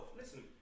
Listen